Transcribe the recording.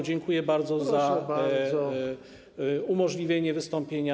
Dziękuję bardzo za umożliwienie wystąpienia.